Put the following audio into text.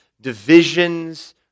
divisions